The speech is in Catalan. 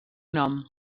nom